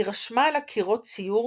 היא רשמה על הקירות ציור